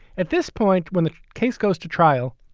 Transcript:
at this point, when the case goes to trial,